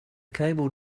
cable